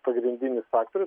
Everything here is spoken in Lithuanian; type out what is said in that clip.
pagrindinis faktorius